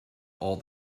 all